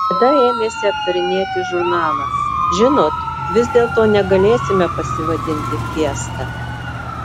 tada ėmėsi aptarinėti žurnalą žinot vis dėlto negalėsime pasivadinti fiesta